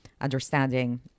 understanding